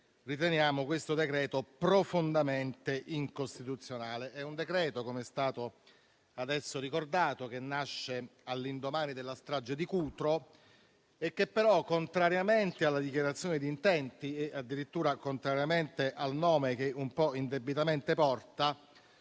riteniamo questo decreto profondamente incostituzionale. Quello che esamineremo è un decreto - com'è stato adesso ricordato - che nasce all'indomani della strage di Cutro e che però, contrariamente alla dichiarazione di intenti e addirittura contrariamente al nome che un po' indebitamente porta,